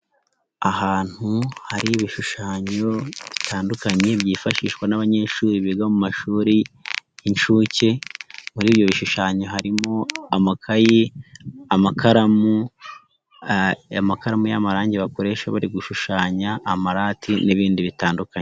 Ahantu hari ibishushanyo bitandukanye byifashishwa n'abanyeshuri biga mu mashuri y'inshuke, muri ibyo bishushanyo harimo: amakayi, amakaramu, amakaramu y'amarangi bakoresha bari gushushanya, amarati n'ibindi bitandukanye.